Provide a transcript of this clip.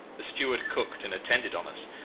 the steward cooked and attended on us.